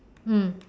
mm